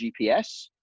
GPS